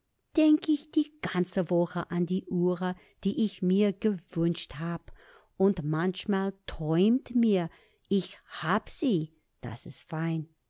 denk ich die ganze woche an die uhre die ich mir gewünscht hab und manchmal träumt mir ich hab sie das is fein